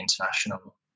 international